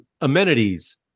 amenities